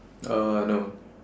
uh no